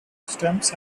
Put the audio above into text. stems